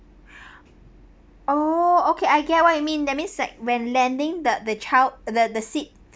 oh okay I get what you mean that means like when landing the the child the the seat